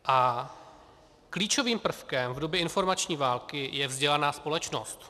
A klíčovým prvkem v době informační války je vzdělaná společnost.